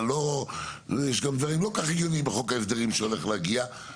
גם אם פרק זמן לא ארוך מקבלים מעמד של סוג שלב הבא אחרי בני מקום,